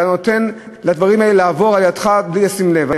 אתה נותן לדברים האלה לעבור לידך בלי לשים לב.